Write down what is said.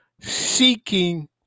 seeking